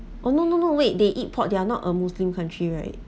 oh no no no wait they eat pork they're not a muslim country right